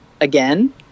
again